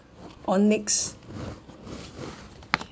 on next